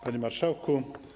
Panie Marszałku!